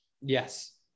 Yes